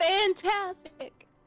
Fantastic